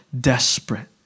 desperate